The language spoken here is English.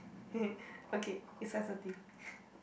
okay it's sensitive